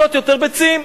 הן מטילות יותר ביצים.